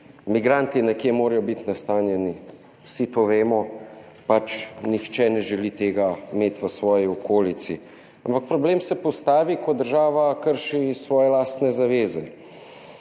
Migranti nekje morajo biti nastanjeni, vsi to vemo, pač nihče ne želi tega imeti v svoji okolici, ampak problem se postavi, ko država krši svoje lastne zaveze.